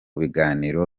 biganiro